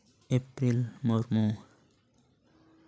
ᱤᱯᱤᱞ ᱢᱩᱨᱢᱩ